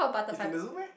is in the zoo meh